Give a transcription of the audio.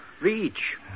reach